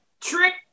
trick